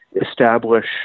establish